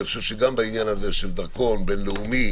גם בעניין הדרכון הירוק ובינלאומי